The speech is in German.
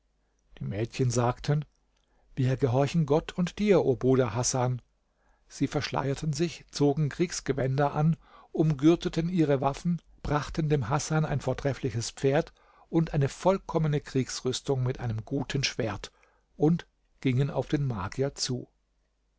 die mädchen sagten wir gehorchen gott und dir o bruder hasan sie verschleierten sich zogen kriegsgewänder an umgürteten ihre waffen brachten dem hasan ein vortreffliches pferd und eine vollkommene kriegsrüstung mit einem guten schwert und gingen auf den magier zu